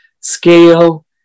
scale